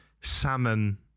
Salmon